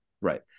Right